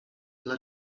dla